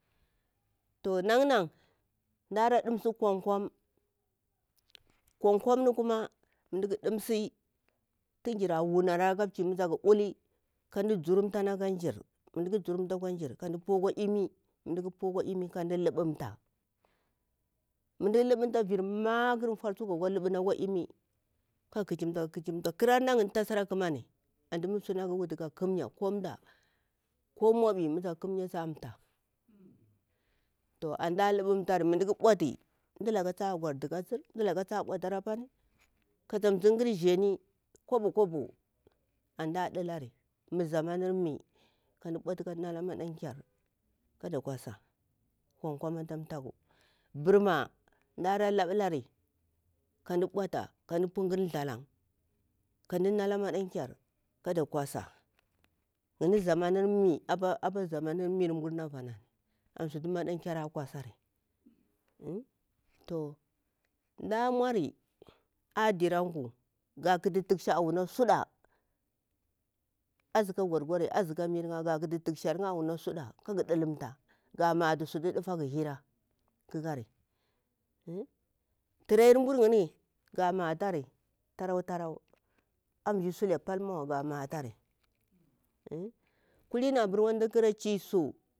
To nan na mdara ɗimsi kwam kwam, kwam kwam ni kuma mu mda ƙara dimsini tun jira wunari ala mchi kata ula mita ula ka mda juruntani akwa jir ka mda tu akwa imi ka amda lubumta vir matar tsuwa gakwa luɓuni akwa imi kichimta, ƙara nayin ni tasara ƙamani artu suna wutu ka ƙamya ko mdah ko moɓi mu tsak ƙumya ta thah antu mda a lubumtari ka mda ɓauta mdala ta gwartu ka tsir mdalaka ta ɓautar apani kata simƙar zhani kobo kobo antu mda ɗilani mu zamanur mi mda ɓilani mu zamanur mi mda ɓautari ka mda nala maɗank yar kaƙa kada kwasa ata thaku, ɓarma mdaralaɓulari ka mda buuta ka mda punƙar thalang ka mda nala maƙankyar kada kwasa apa zamanur mi apa zamanur mir mbur na vana an sutu maƙankyar a kwasari to mda a mauri aha dirangu ka ƙatu tuk sha auna suɗa azika gwargware azi ka miringa ƙagha ɗalumta ga matu sutu ɗufaga yini ga matari taro taro a zhi sule pal mawa ga ga matari kulini abur mu mda ƙara chisu.